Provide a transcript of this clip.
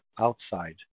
outside